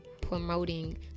promoting